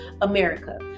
America